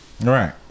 Right